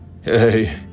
hey